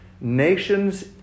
Nations